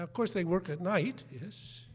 of course they work at night yes